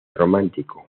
romántico